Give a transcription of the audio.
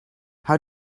how